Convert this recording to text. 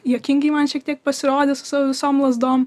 juokingai man šiek tiek pasirodė su visom lazdom